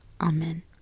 amen